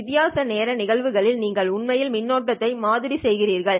வித்தியாச நேர நிகழ்வுகளில் நீங்கள் உண்மையில் மின்னோட்டத்தை மாதிரி செய்கிறீர்கள்